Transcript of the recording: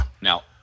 Now